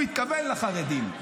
הוא התכוון לחרדים,